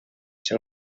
ser